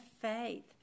faith